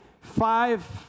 five